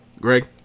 Greg